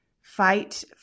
fight